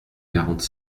quarante